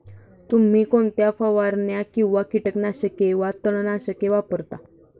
तुम्ही कोणत्या फवारण्या किंवा कीटकनाशके वा तणनाशके वापरता?